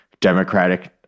Democratic